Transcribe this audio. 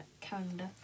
calendar